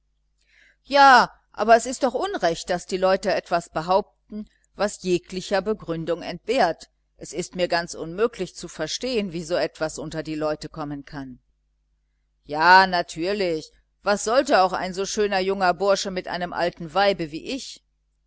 ja aber es ist doch unrecht daß die leute etwas behaupten was jeglicher begründung entbehrt es ist mir ganz unmöglich zu verstehen wie so etwas zwischen die leute kommen kann ja natürlich was sollte auch so ein junger schöner bursche mit einem alten weibe wie ich